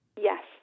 Yes